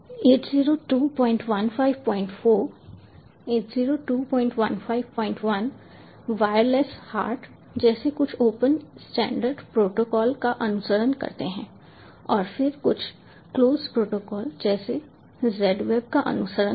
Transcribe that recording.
802154 802151 WirelessHART जैसे कुछ open standard protocol का अनुसरण करते हैं और फिर कुछ क्लोज प्रोटोकॉल जैसे Z वेव का अनुसरण करें